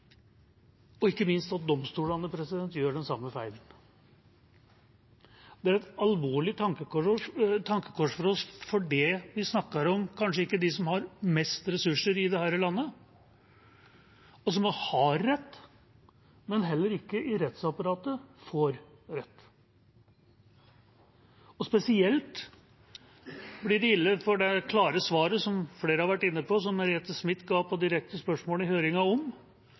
og ikke minst at domstolene gjør den samme feilen. Det er et alvorlig tankekors for oss, for vi snakker om dem som kanskje ikke har mest ressurser i dette landet – som har rett, men som heller ikke i rettsapparatet får rett. Spesielt blir det ille, for det klare svaret – som flere har vært inne på, og som Merete Smith ga på direkte spørsmål i